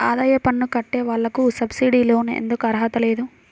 ఆదాయ పన్ను కట్టే వాళ్లకు సబ్సిడీ లోన్ ఎందుకు అర్హత లేదు?